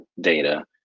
data